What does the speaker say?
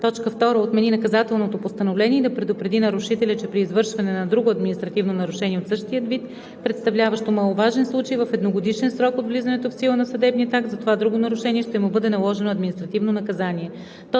58д; 2. отмени наказателното постановление и да предупреди нарушителя, че при извършване на друго административно нарушение от същия вид, представляващо маловажен случай, в едногодишен срок от влизането в сила на съдебния акт, за това друго нарушение ще му бъде наложено административно наказание;